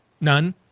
None